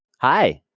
Hi